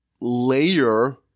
layer